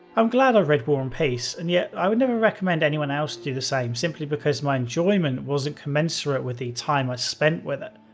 i'm glad i read war and peace and yet i would never recommend anyone else do the same simply because my enjoyment wasn't commensurate with the time i spent with it.